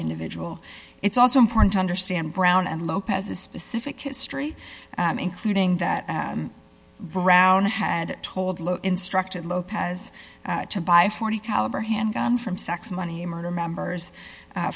individual it's also important to understand brown and lopez's specific history including that brown had told the instructed lopez to buy forty caliber handgun from sex money murder members